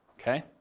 okay